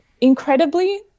incredibly